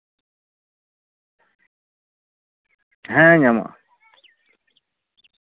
ᱦᱮᱸ ᱧᱟᱢᱚᱜᱼᱟ